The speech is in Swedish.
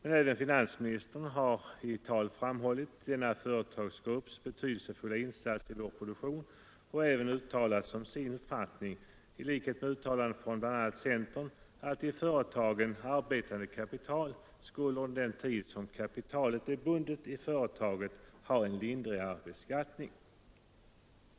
Också finansministern har i tal framhållit denna företagsgrupps betydelsefulla insats i vår produktion och även uttalat som sin uppfattning — i överensstämmelse med uttalanden från bl.a. centern — att i företagen arbetande kapital skulle under den tid som kapitalet är bundet i företaget ha en lindrigare beskattning.